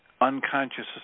unconscious